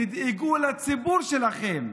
תדאגו לציבור שלכם.